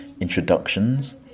introductions